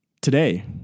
today